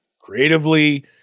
creatively